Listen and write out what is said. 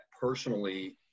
personally